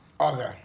Okay